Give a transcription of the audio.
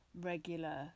regular